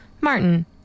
Martin